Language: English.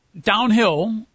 downhill